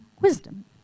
wisdom